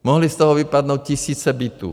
Mohly z toho vypadnout tisíce bytů.